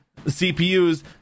CPUs